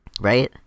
Right